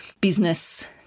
business